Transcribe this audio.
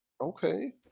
Okay